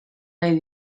nahi